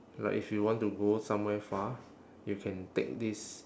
like if you want to go somewhere far you can take this